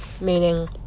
meaning